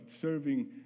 serving